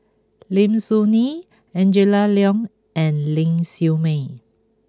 Lim Soo Ngee Angela Liong and Ling Siew May